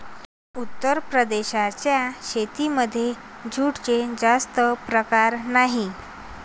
उत्तर प्रदेशाच्या शेतीमध्ये जूटचे जास्त प्रकार नाही